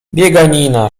bieganina